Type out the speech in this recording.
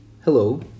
Hello